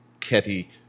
Ketty